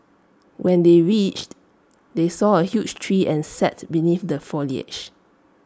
when they reached they saw A huge tree and sat beneath the foliage